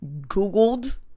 googled